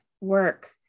work